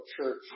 church